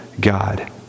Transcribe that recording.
God